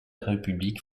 république